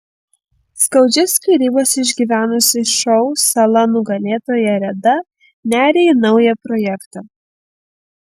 skaudžias skyrybas išgyvenusi šou sala nugalėtoja reda neria į naują projektą